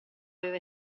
aveva